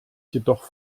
jedoch